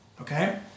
okay